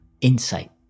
insight